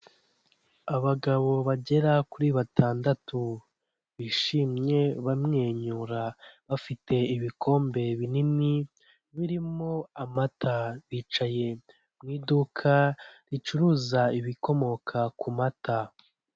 Abagabo bagera kuri batandatu bishimye bamwenyura bafite ibikombe binini birimo amata bicaye mu iduka ricuruza ibikomoka ku mata.